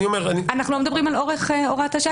אנחנו לא מדברים על אורך הוראת השעה.